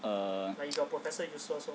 err